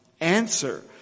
answer